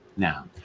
now